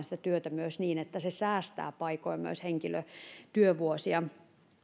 sitä työtä myös niin että se säästää paikoin myös henkilötyövuosia